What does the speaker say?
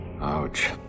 Ouch